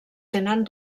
tenen